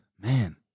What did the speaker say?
Man